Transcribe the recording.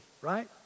right